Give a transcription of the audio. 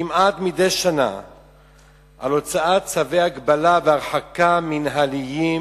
כמעט מדי שנה להוציא צווי הגבלה והרחקה מינהליים